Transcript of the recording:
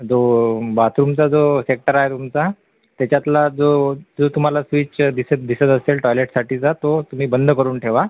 जो बाथरूमचा जो सेक्टर आहे तुमचा त्याच्यातला जो जो तुम्हाला स्विच दिसत दिसत असेल टॉयलेटसाठीचा तो तुम्ही बंद करून ठेवा